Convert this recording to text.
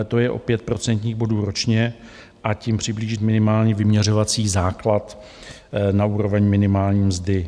To je o pět procentních bodů ročně, a tím přiblížit minimální vyměřovací základ na úroveň minimální mzdy.